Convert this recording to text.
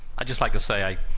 i'd just like to say i